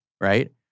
right